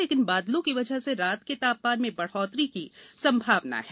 लेकिन बादलों की वजह से रात के तापमान में बढ़ोतरी की संभावना है